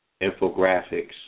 infographics